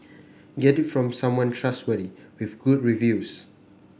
get it from someone trustworthy with good reviews